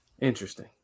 Interesting